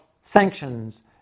sanctions